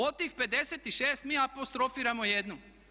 Od tih 56 mi apostrofiramo jednu.